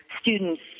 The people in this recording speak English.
students